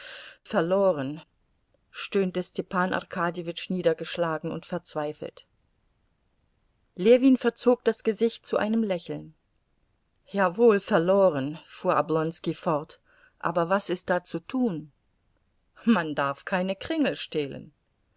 verloren stöhnte stepan arkadjewitsch niedergeschlagen und verzweifelt ljewin verzog das gesicht zu einem lächeln jawohl verloren fuhr oblonski fort aber was ist da zu tun man darf keine kringel stehlen